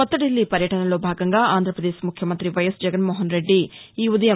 కొత్త దిల్లీ పర్యటనలో భాగంగా ఆంధ్రపదేశ్ ముఖ్యమంతి వైఎస్ జగన్మోహన్రెడ్డి ఈ ఉదయం